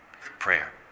Prayer